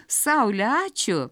saule ačiū